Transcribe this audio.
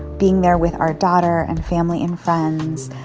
being there with our daughter and family and friends,